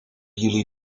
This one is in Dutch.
jullie